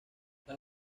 las